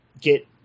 Get